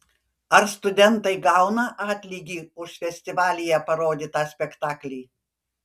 ar studentai gauna atlygį už festivalyje parodytą spektaklį